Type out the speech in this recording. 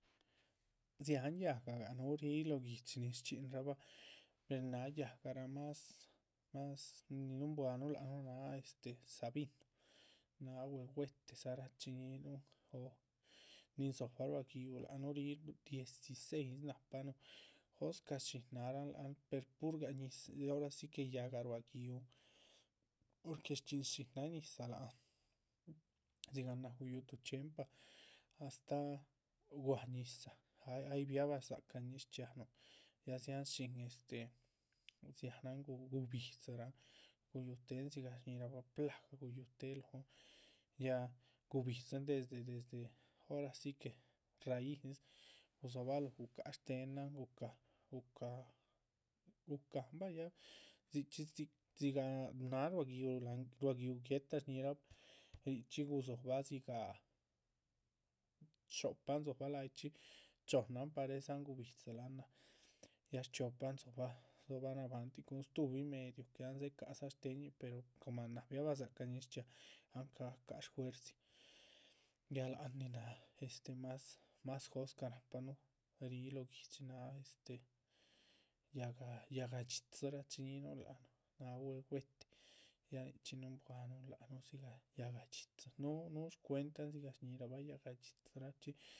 Dziahan yáhagagah núhu ríh lóho guihdxi, nin shchxínrabah per náha yáhgarah nin más más nin núhunbuahanuh lác nuh náha este sabino, nahá ahuehuetedza rachiñíhinuhn. nin dzóhoba ruá giúh, lac núh ríhi diciseis nahpanuh jóscah shín náharan láhan per purgah ñizah ora si que yáhga ruá gi´uhn, porque shchxíhin shiñáhan ñizah lác han. dzigah náha guyúh tuh chxiempa astáh guáha ñizah ay bia´bah dzácah ñiz chxíaanuh ya dziáhan shín este dziáhan gubidzirah guyutéhen dzigah shñíhirabah ruá plaga. guyutéhe lóhon ya gubidzin desde desde ora si que raíhiz gudzohóbaloho gucáha shtéhenan gu´caha gu´caha gu´cahan bah ya bah dzichxí dzi dzigah náha ruá gi´uh ruá. ruá gi´uh guéhta shñíhiraba, richxí guzohóbah dzigah xo´pan dzohobah láyichxi, chohnnan parez an gubidzilaha náh ya shchiopan dzobah, dzobah nabahantih cun stuhubin medio. que han dzecahdza shtéhenñih pero coma náha biaba dzácah ñiz chxíaa, ahn caga´caha shjuerzin ya láhan nin náha este más más jóscah nahpanu ríh lóho guihdxi nin náha. este yáhga yáhga dxitzi rachiñíhinun lac nuh náha ahuehuete ya nichxí nuhunbuanuh lac nuh dzigah yáhga dxitzi núhu núhu shcuentahan dzigah shñíhirabah yáhga dxitziraachxí